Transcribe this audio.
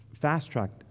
fast-tracked